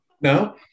No